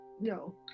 no